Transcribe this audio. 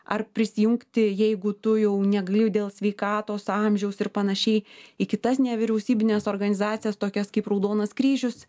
ar prisijungti jeigu tu jau negali dėl sveikatos amžiaus ir panašiai į kitas nevyriausybines organizacijas tokias kaip raudonas kryžius